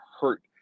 hurt